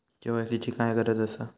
KYC ची काय गरज आसा?